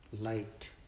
light